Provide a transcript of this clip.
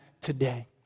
today